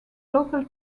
local